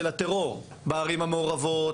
של הטרור בערים המעורבות,